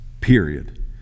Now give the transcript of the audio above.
period